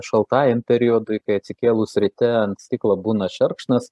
šaltajam periodui kai atsikėlus ryte ant stiklo būna šerkšnas